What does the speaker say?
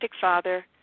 father